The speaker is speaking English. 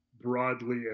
broadly